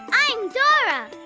i'm dora.